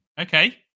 Okay